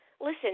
listen